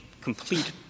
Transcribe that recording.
complete